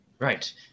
Right